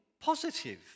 positive